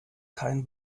kein